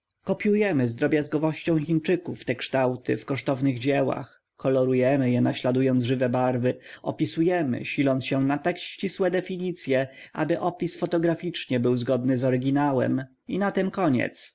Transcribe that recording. kopiujemy z drobiazgowością chińczyków te kształty w kosztownych dziełach kolorujemy je naśladując żywe barwy opisujemy siląc się na tak ścisłe definicye aby opis fotograficznie był zgodny z oryginałem i na tem koniec